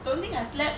don't think I slept